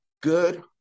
good